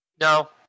No